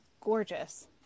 gorgeous